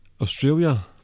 Australia